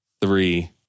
three